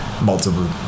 multiple